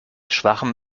schwachem